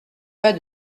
pas